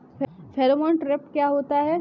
Pheromone trap क्या होता है?